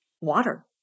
water